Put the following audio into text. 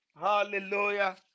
hallelujah